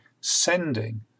sending